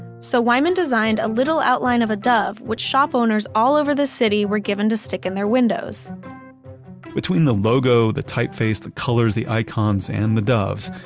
so wyman designed a little outline of a dove, which shop owners all over the city were given to stick in their windows between the logo, the typeface, the colors, the icons and the doves,